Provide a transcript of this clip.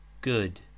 good